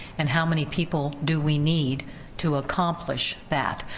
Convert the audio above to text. and how many people do we need to accomplish that?